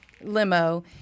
limo